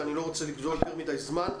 ואני לא רוצה לגזול יותר מדי זמן.